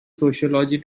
sociology